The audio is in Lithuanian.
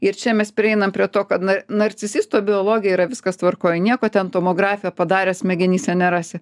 ir čia mes prieinam prie to kad na narcisisto biologijoj yra viskas tvarkoj nieko ten tomografe padaręs smegenyse nerasi